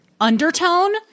undertone